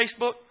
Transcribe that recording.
Facebook